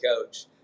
coach